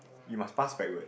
you must pass backwards